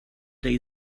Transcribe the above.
they